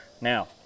Now